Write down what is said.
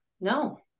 no